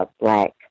black